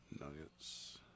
Nuggets